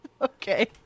Okay